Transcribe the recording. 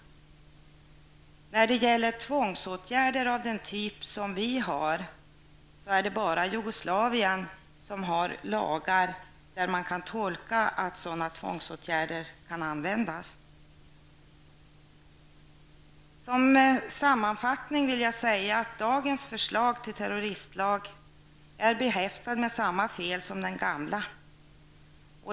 När det gäller tvångsåtgärder av typ som vi har är det bara Jugoslavien som har lagar där man kan tolka att sådana tvångsmedel kan användas. Som sammanfattning vill jag säga att dagens förslag till terroristlag är behäftat med samma fel som det gamla.